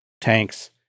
Tanks